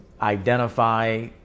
identify